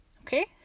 Okay